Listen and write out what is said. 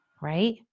Right